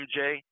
MJ